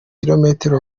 ibirometero